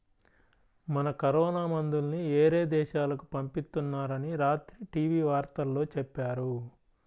మన కరోనా మందుల్ని యేరే దేశాలకు పంపిత్తున్నారని రాత్రి టీవీ వార్తల్లో చెప్పారు